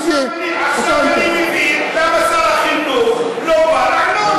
עכשיו אני מבין למה שר החינוך לא בא לענות.